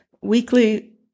weekly